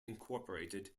incorporated